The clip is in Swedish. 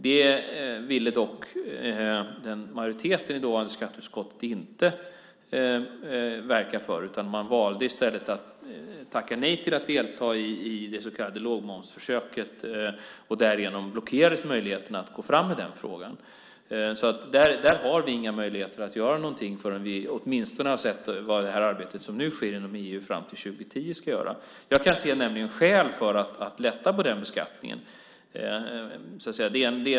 Det ville dock majoriteten i dåvarande skatteutskottet inte verka för. Man valde i stället att tacka nej till att delta i det så kallade lågmomsförsöket, och därigenom blockerades möjligheten att gå fram i den frågan. Där har vi inga möjligheter att göra någonting förrän vi åtminstone vet vad man gör i arbetet som nu sker inom EU fram till år 2010. Jag kan se skäl för att lätta på den beskattningen.